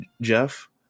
Jeff